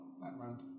background